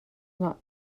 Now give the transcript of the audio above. not